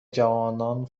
جوانان